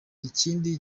ikindi